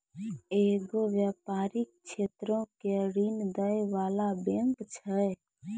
इ एगो व्यपारिक क्षेत्रो के ऋण दै बाला बैंक छै